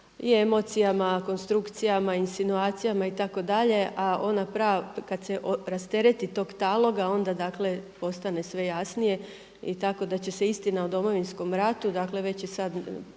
i emocijama, konstrukcijama, insinuacijama itd., ali ona prava kada se rastereti tog taloga onda postane sve jasnije i tako da će se istina o Domovinskom ratu već je i sada